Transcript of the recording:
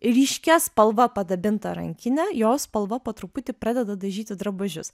ryškia spalva padabintą rankinę jos spalva po truputį pradeda dažyti drabužius